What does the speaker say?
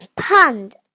pond